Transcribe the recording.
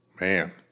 man